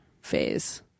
phase